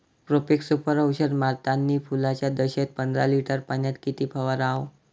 Profex Super औषध मारतानी फुलाच्या दशेत पंदरा लिटर पाण्यात किती फवाराव?